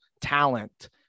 talent